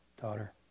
daughter